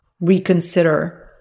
reconsider